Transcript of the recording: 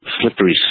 slippery